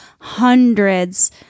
hundreds